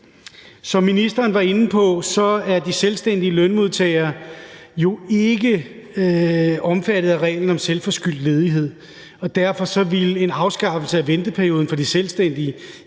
Som ministeren var inde på, er de selvstændige lønmodtagere jo ikke omfattet af reglen om selvforskyldt ledighed, og derfor ville en afskaffelse af venteperioden for de selvstændige